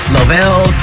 Lavelle